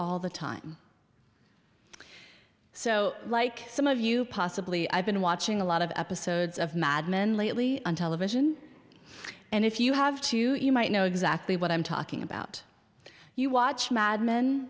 all the time so like some of you possibly i've been watching a lot of episodes of mad men lately on television and if you have two you might know exactly what i'm talking about you watch mad men